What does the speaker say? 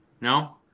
No